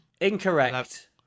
Incorrect